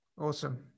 awesome